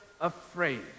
afraid